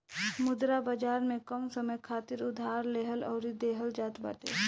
मुद्रा बाजार में कम समय खातिर उधार लेहल अउरी देहल जात बाटे